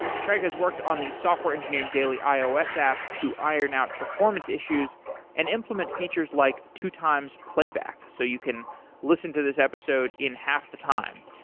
craig has worked on the software engineering daily ios app to iron out performance issues and implement features like two times playback, so you can listen to this episode in half the time.